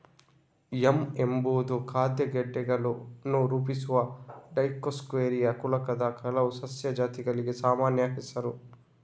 yam ಎಂಬುದು ಖಾದ್ಯ ಗೆಡ್ಡೆಗಳನ್ನು ರೂಪಿಸುವ ಡಯೋಸ್ಕೋರಿಯಾ ಕುಲದ ಕೆಲವು ಸಸ್ಯ ಜಾತಿಗಳಿಗೆ ಸಾಮಾನ್ಯ ಹೆಸರು